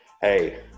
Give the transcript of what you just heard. hey